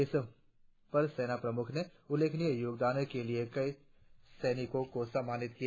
इस मौके पर सेना प्रमुख ने उल्लेखनीय योगदान के लिए कई सैनिकों को सम्मानित किया